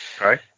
Right